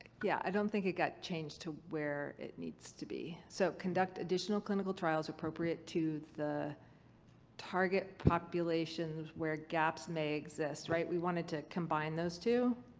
yeah, i don't think it got changed to where it needs to be. so, conduct additional clinical trials appropriate to the target populations where gaps may exist. right. we wanted to combine those two